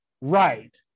Right